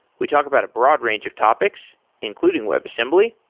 we talk about a broad range of topics, including webassembly.